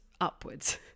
Upwards